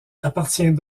appartient